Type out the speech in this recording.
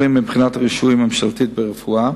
רצוני לשאול: 1. מה עליו לעשות כדי לקבל רשיון רפואה